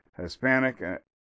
Hispanic